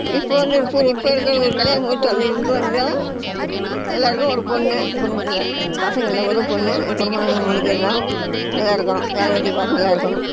இப்போ வந்து இப்போ இப்போ இருக்கிற ஒரு கல்யாணம் பண்ணிவிட்டு வந்து இங்கே வந்து தான் எல்லோருக்கும் ஒரு பொண்ணு எங்கள் குடும்பத்தில் பசங்க இல்லை ஒரு பொண்ணு என் குடும்பம் நாங்கள் மூணு பேர் தான் நல்லா இருக்கோம் வேலை வெட்டிக்கு போகிறோம் நல்லா இருக்கோம்